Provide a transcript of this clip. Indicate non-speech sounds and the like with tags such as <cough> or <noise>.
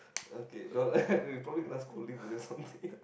okay don't I have to probably transchooling for this song <laughs>